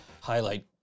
highlight